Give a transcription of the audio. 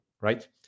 right